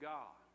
God